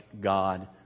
God